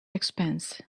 expense